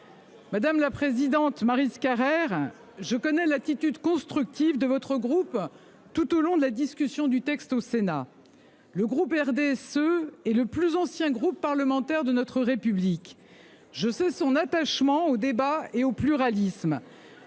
Maryse Carrère, je connais l’attitude constructive dont votre groupe a fait preuve tout au long de l’examen du texte au Sénat. Le groupe RDSE est le plus ancien groupe parlementaire de notre République. Je sais son attachement au débat et au pluralisme,